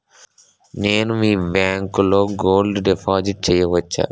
నేను మీ బ్యాంకులో గోల్డ్ డిపాజిట్ చేయవచ్చా?